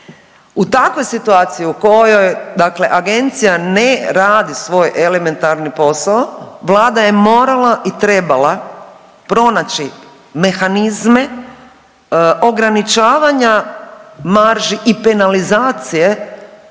U takvoj situaciji u kojoj dakle agencija ne radi svoj elementarni posao vlada je morala i trebala pronaći mehanizme ograničavanja marži i penalizacije